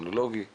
בטכנולוגיה שיש,